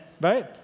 right